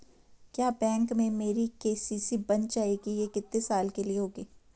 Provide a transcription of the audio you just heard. क्या बैंक में मेरी के.सी.सी बन जाएगी ये कितने साल के लिए होगी?